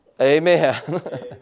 Amen